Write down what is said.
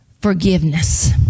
forgiveness